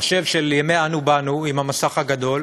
מחשב של ימי "אנו באנו" עם המסך הגדול,